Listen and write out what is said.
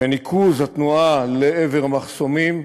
וניקוז התנועה לעבר מחסומים,